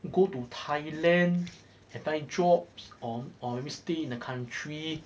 go to thailand and find jobs or or maybe stay in the country